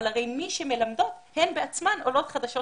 אבל הרי מי שמלמדות הן בעצמן עולות חדשות